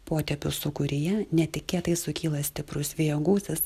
potėpio sūkuryje netikėtai sukyla stiprus vėjo gūsis